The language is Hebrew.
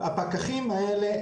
הפקחים האלה,